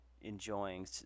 enjoying